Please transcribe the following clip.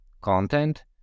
content